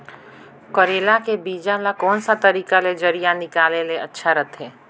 करेला के बीजा ला कोन सा तरीका ले जरिया निकाले ले अच्छा रथे?